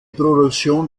produktion